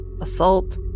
assault